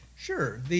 Sure